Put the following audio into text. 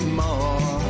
more